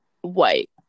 white